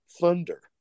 Thunder